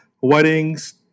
weddings